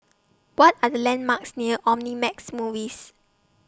What Are The landmarks near Omnimax Movies